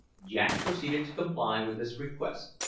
jack proceeded to comply with this request,